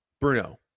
Bruno